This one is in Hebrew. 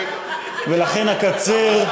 ולכן אקצר.